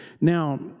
Now